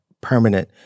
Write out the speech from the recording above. permanent